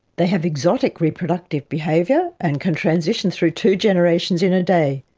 they have exotic reproductive behaviour and can transition through two generations in a day.